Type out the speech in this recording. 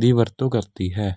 ਦੀ ਵਰਤੋਂ ਕਰਦੀ ਹੈ